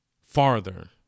farther